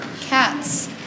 Cats